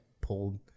pulled